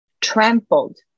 trampled